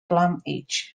plumage